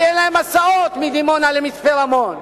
כי אין להן הסעות מדימונה למצפה-רמון.